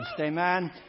Amen